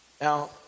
Now